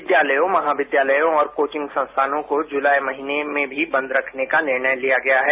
विद्यालयों महाविद्यालयों और कोचिंग संस्थानों को जुलाई महीने में भी बंद रखने का निर्णय लिया गया है